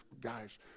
guys